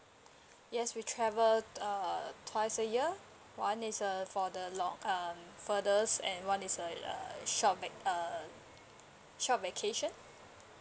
yes we travel err twice a year one is err for the long um furthest and one is err uh short vac~ err short vacation